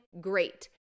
great